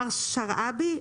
מר שרעבי,